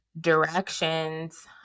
directions